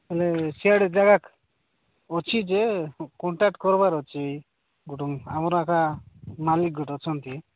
ହେଲେ ସିଆଡ଼େ ଜାଗା ଅଛି ଯେ କଣ୍ଟାକ୍ଟ କରିବାର୍ ଅଛି ଗୋଟେ ଆମର ଆକା ମାଲିକ ଗୋଟେ ଅଛନ୍ତି